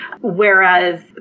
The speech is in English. Whereas